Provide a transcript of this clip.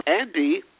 Andy